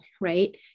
right